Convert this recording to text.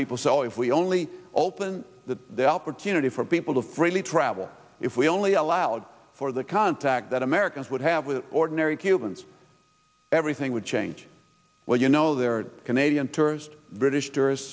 people so if we only open the opportunity for people to freely travel if we only allowed for the contact that americans would have with ordinary cubans everything would change where you know there are canadian tourist british tourists